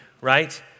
right